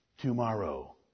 tomorrow